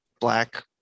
black